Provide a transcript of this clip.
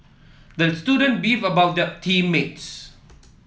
the student beefed about the team mates